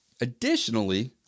Additionally